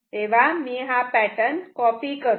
तेव्हा मी हा पॅटर्न कॉपी करतो